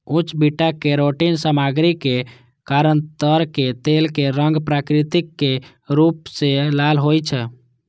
उच्च beta carotene सामग्रीक कारण ताड़क तेल के रंग प्राकृतिक रूप सं लाल होइ छै